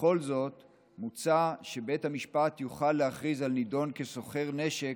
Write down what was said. בכלל זה מוצע שבית המשפט יוכל להכריז על נידון כסוחר נשק,